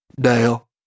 Dale